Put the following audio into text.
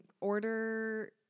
order